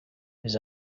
his